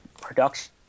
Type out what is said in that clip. production